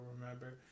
remember